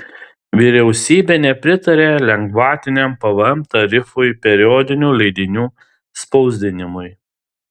vyriausybė nepritarė lengvatiniam pvm tarifui periodinių leidinių spausdinimui